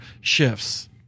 shifts